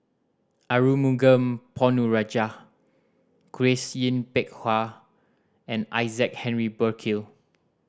Arumugam Ponnu Rajah Grace Yin Peck Ha and Isaac Henry Burkill